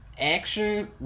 action